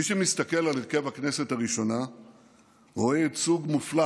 מי שמסתכל על הרכב הכנסת הראשונה רואה ייצוג מופלא